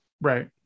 Right